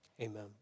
Amen